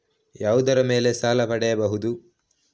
ಯಾವುದರ ಮೇಲೆ ಸಾಲ ಪಡೆಯಬಹುದು?